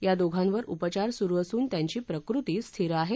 या दोघांवर उपचार सुरू असून त्यांची प्रकृती स्थिर आहे